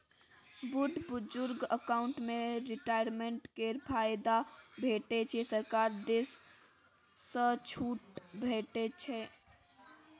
बुढ़ बुजुर्ग अकाउंट मे रिटायरमेंट केर फायदा भेटै छै सरकार दिस सँ छुट भेटै छै